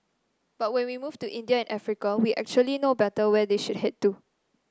but when we move to India and Africa we actually know better where they should head to